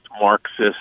Marxist